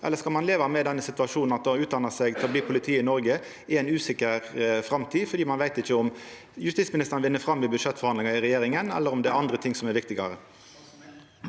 eller skal ein leva med denne situasjonen – at å utdanna seg til å bli politi i Noreg er ei usikker framtid, fordi ein ikkje veit om justisministeren vinn fram i budsjettforhandlingane i regjeringa, eller om det er andre ting som er viktigare?